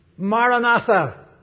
Maranatha